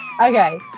Okay